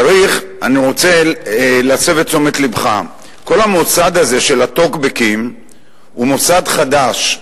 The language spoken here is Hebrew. אני רוצה להסב את תשומת לבך: כל המוסד הזה של הטוקבקים הוא מוסד חדש,